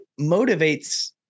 motivates